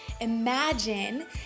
Imagine